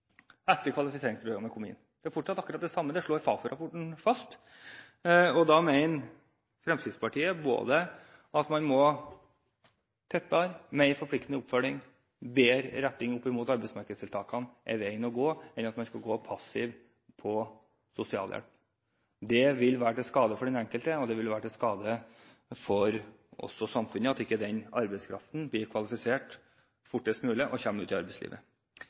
etter at kvalifiseringsprogrammet kom, de er fortsatt akkurat de samme, slår Fafo-rapporten fast. Da mener Fremskrittspartiet at tettere, mer forpliktende oppfølging og bedre innretting mot arbeidsmarkedstiltakene er veien å gå, heller enn at man skal gå passiv på sosialhjelp. Det vil være til skade for den enkelte, og det vil være til skade for samfunnet, om ikke arbeidskraften blir kvalifisert fortest mulig og kommer ut i arbeidslivet.